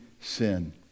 sin